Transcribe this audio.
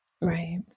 Right